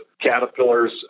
Caterpillar's